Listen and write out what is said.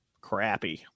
crappy